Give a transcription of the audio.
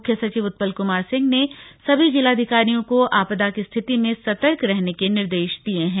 मुख्य सचिव उत्पल कुमार सिंह ने सभी जिलाधिकारियों को आपदा की स्थिति में सतर्क रहने के निर्देश दिए हैं